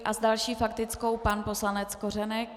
A s další faktickou pan poslanec Kořenek.